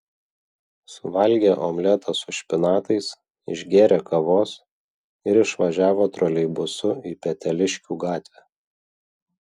suvalgė omletą su špinatais išgėrė kavos ir išvažiavo troleibusu į peteliškių gatvę